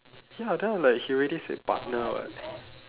ya then I'm like he already said partner [what]